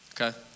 Okay